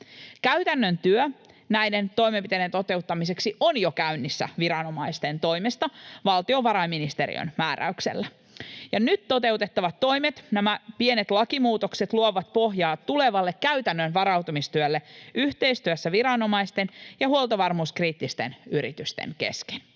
Käytännön työ näiden toimenpiteiden toteuttamiseksi on jo käynnissä viranomaisten toimesta valtiovarainministeriön määräyksellä, ja nyt toteutettavat toimet, nämä pienet lakimuutokset, luovat pohjaa tulevalle käytännön varautumistyölle yhteistyössä viranomaisten ja huoltovarmuuskriittisten yritysten kesken.